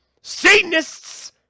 satanists